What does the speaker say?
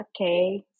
okay